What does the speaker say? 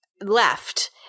left